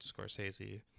Scorsese